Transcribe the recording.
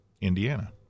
Indiana